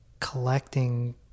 collecting